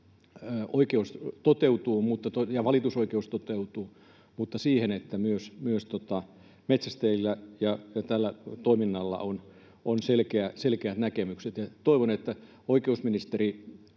valitusoikeus toteutuu — siihen, että myös metsästäjillä ja tällä toiminnalla on selkeät näkemykset. Toivon, että oikeusministeri